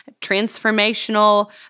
transformational